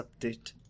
update